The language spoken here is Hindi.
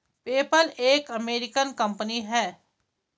पेपल एक अमेरिकन कंपनी है